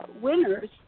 winners